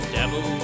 devil